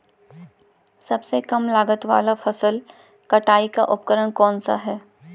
सबसे कम लागत वाला फसल कटाई का उपकरण कौन सा है?